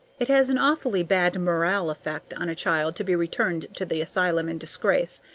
it has an awfully bad moral effect on a child to be returned to the asylum in disgrace,